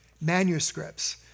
manuscripts